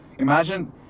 Imagine